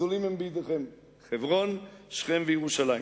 גזולים הם בידיכם": חברון, שכם וירושלים.